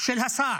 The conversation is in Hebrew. של השר.